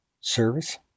service